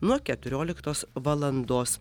nuo keturioliktos valandos